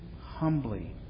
humbly